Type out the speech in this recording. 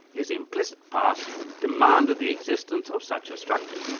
his implicit past demanded the existence of such a structure.